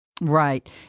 Right